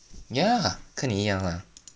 ya 跟你一样 ah